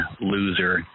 loser